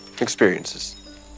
experiences